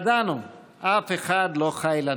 בכך התחייבנו לדאוג כי כל ילד וילדה בישראל יחיו חיים של